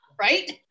Right